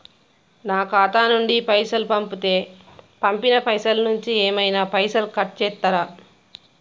నా ఖాతా నుండి పైసలు పంపుతే పంపిన పైసల నుంచి ఏమైనా పైసలు కట్ చేత్తరా?